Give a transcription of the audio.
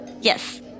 Yes